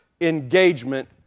engagement